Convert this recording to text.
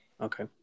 Okay